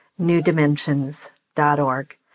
newdimensions.org